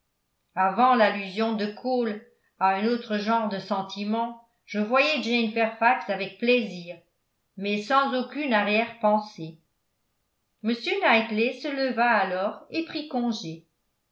avant l'allusion de cole à un autre genre de sentiment je voyais jane faifax avec plaisir mais sans aucune arrière pensée m knightley se leva alors et prit congé